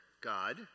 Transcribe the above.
God